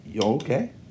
okay